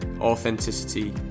authenticity